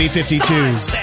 52s